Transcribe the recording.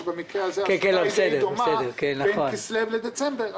שבמקרה הזה הבאתי דוגמה בין כסלו לדצמבר,